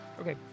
Okay